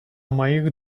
моих